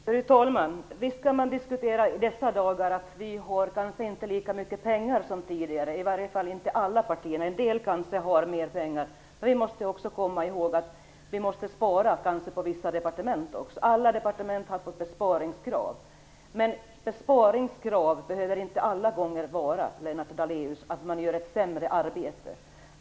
Fru talman! Visst kan man i dessa dagar diskutera att vi kanske inte har lika mycket pengar som tidigare, i varje fall inte alla partier - en del kanske har mer pengar. Vi måste också komma ihåg att vi måste spara också på departementen. Alla departement har fått besparingskrav. Men besparingskrav behöver inte alltid, Lennart Daléus, medföra att man gör ett sämre arbete.